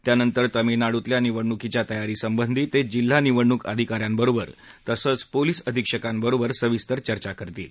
त्यानंतर तामिळनाडूतल्या निवडणूकीच्या तयारीसंबधी ते जिल्हा निवडणूक अधिकाऱ्यांबरोबर तसंच पोलिस अधिक्षकांबरोबर सविस्तर चर्चा करतील